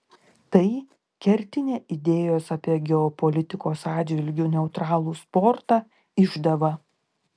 tai kertinė idėjos apie geopolitikos atžvilgiu neutralų sportą išdava